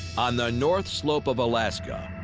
on the north slope of alaska.